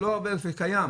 זה לא הרבה וזה קיים,